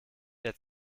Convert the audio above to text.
der